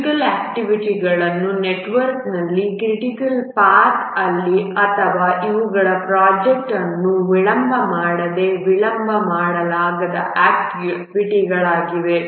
critical ಆಕ್ಟಿವಿಟಿಗಳು ನೆಟ್ವರ್ಕ್ನಲ್ಲಿ critical path ಅಲ್ಲಿವೆ ಮತ್ತು ಇವುಗಳು ಪ್ರೊಜೆಕ್ಟ್ ಅನ್ನು ವಿಳಂಬ ಮಾಡದೆ ವಿಳಂಬ ಮಾಡಲಾಗದ ಗಳಾಗಿವೆ